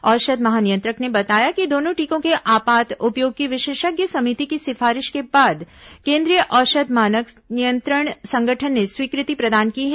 औषध महानियंत्रक ने बताया कि दोनों टीकों के आपात उपयोग की विशेषज्ञ समिति की सिफारिश के बाद केन्द्रीय औषध मानक नियंत्रण संगठन ने स्वीकृति प्रदान की है